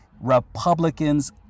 Republicans